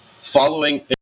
following